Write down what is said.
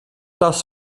das